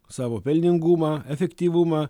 savo pelningumą efektyvumą